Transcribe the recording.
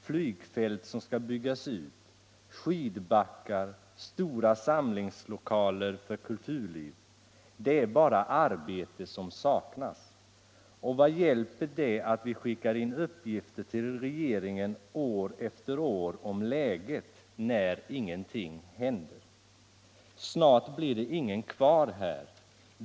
flygfält som skall byggas ut, skidbackar. stora samlingslokaler för kulturliv. Det är bara arbete som saknas. Och vad hjälper det att vi skickar in uppgifter till regeringen år efter år om läget, när ingenting händer. Snart blir det ingen kvar här.